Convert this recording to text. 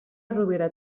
rovira